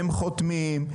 הם חותמים,